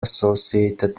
associated